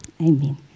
amen